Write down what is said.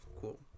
cool